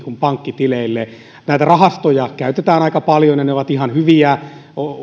kuin pankkitileille rahastoja käytetään aika paljon ja ne ovat ihan hyviä